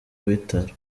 bitaro